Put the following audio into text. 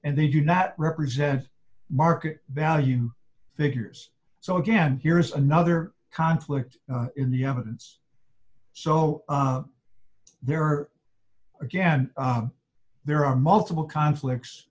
and they do not represent market value figures so again here is another conflict in the evidence so there are again there are multiple conflicts